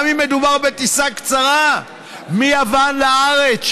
גם אם מדובר בטיסה קצרה מיוון לארץ,